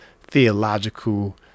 theological